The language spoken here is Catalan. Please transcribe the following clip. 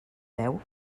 deu